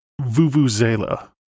Vuvuzela